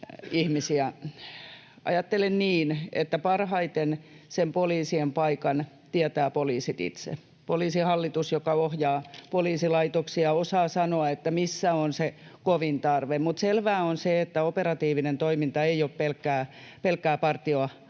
Ajattelen niin, että parhaiten sen poliisien paikan tietävät poliisit itse. Poliisihallitus, joka ohjaa poliisilaitoksia, osaa sanoa, missä on se kovin tarve. Mutta selvää on se, että operatiivinen toiminta ei ole pelkkää partioautossa